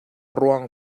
ruang